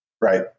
Right